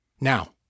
Now